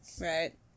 Right